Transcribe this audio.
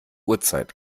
uhrzeit